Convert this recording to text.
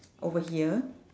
over here